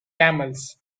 camels